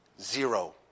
zero